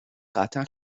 قطعا